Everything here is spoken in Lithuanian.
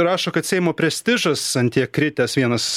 rašo kad seimo prestižas ant tiek kritęs vienas